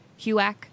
huac